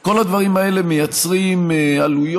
כל הדברים האלה מייצרים עלויות,